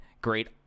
great